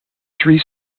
three